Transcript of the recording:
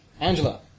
Angela